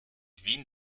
wien